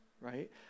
right